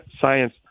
science